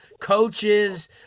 coaches